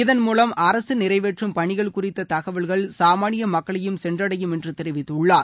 இதள் மூலம் அரசு நிறைவேற்றும் பணிகள் குறித்த தகவல்கள் சாமானிய மக்களையும் சென்றடையும் என்று தெரிவித்துள்ளார்